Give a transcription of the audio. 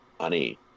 honey